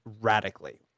radically